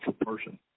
person